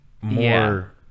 more